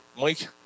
Mike